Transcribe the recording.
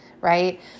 right